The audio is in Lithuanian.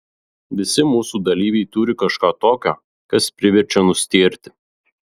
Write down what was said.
visi mūsų dalyviai turi kažką tokio kas priverčia nustėrti